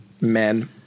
Men